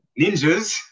ninjas